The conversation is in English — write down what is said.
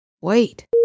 wait